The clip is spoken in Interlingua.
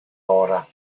ora